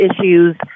issues